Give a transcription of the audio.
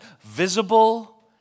visible